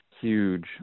huge